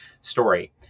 story